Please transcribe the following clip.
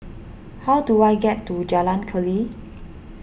how do I get to Jalan Keli